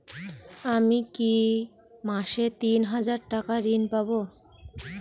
আমি কি মাসে তিন হাজার টাকার ঋণ পাবো?